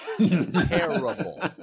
Terrible